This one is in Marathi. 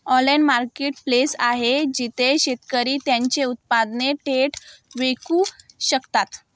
ऑनलाइन मार्केटप्लेस आहे जिथे शेतकरी त्यांची उत्पादने थेट विकू शकतात?